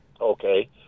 Okay